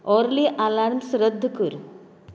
ओली alarms रद्द कर